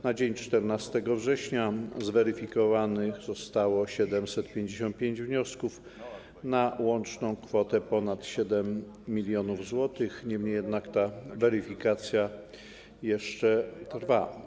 Na dzień 14 września zweryfikowanych zostało 755 wniosków na łączną kwotę ponad 7 mln zł, niemniej jednak ta weryfikacja jeszcze trwa.